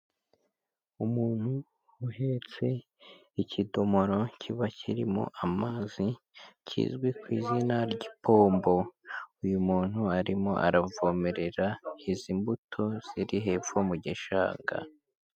Umuntu uhetse ikidomoro kiba kirimo amazi, kizwi ku izina ry'ipombo. Uyu muntu arimo aravomerera izi mbuto ziri hepfo mu gishanga.